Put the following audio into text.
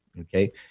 okay